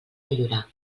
millorar